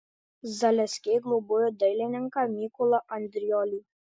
zaleskiai globojo dailininką mykolą andriolį